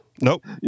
Nope